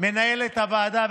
מנהלת הוועדה,